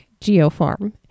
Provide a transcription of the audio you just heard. GeoFarm